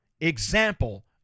example